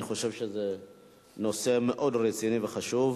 אני חושב שזה נושא מאוד רציני וחשוב.